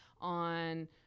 on